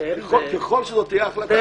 ככל שזו תהיה ההחלטה.